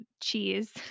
cheese